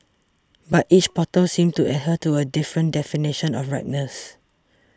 but each bottle seemed to adhere to a different definition of ripeness